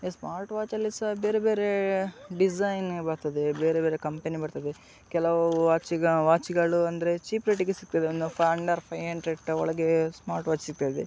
ಈ ಸ್ಮಾರ್ಟ್ ವಾಚಲ್ಲಿ ಸಹ ಬೇರೆ ಬೇರೆ ಡಿಸೈನ್ ಬರ್ತದೆ ಬೇರೆ ಬೇರೆ ಕಂಪೆನಿ ಬರ್ತದೆ ಕೆಲವು ವಾಚುಗಳು ಅಂದರೆ ಚೀಪ್ ರೇಟಿಗೆ ಸಿಗ್ತದೆ ಒಂದು ಅಂಡರ್ ಫೈವ್ ಹಂಡ್ರೆಡ್ ಒಳಗೆ ಸ್ಮಾರ್ಟ್ ವಾಚ್ ಸಿಗ್ತದೆ